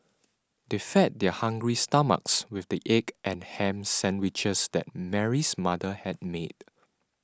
they fed their hungry stomachs with the egg and ham sandwiches that Mary's mother had made